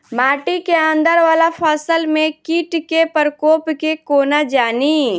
माटि केँ अंदर वला फसल मे कीट केँ प्रकोप केँ कोना जानि?